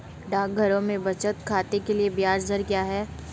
डाकघरों में बचत खाते के लिए ब्याज दर क्या है?